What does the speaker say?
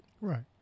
Right